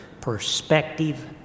perspective